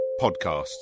podcasts